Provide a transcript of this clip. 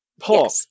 paul